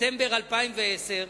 ספטמבר 2010,